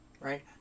right